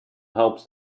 helps